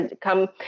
come